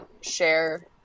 share